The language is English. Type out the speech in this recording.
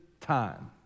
time